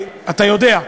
אתה יודע,